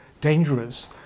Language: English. dangerous